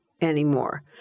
anymore